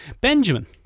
Benjamin